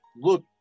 look